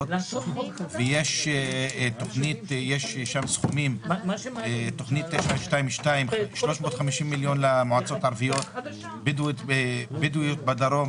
ויש שם סכומים של 350 מיליון למועצות הערביות בדרום,